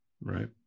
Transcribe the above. Right